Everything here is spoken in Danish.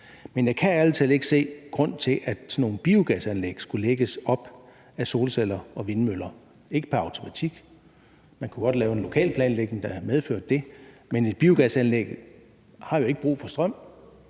Men jeg kan ærlig talt ikke se nogen grund til, at sådan nogle biogasanlæg skulle lægges op ad solceller og vindmøller – ikke pr. automatik. Man kunne godt lave en lokalplanlægning, der havde medført det, men et biogasanlæg har jo ikke brug for strøm,